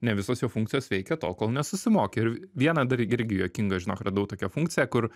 ne visos jo funkcijos veikia tol kol nesusimoki ir vieną dar irgi juokingą žinok radau tokią funkciją kur